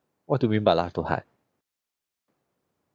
what do you mean by laugh too hard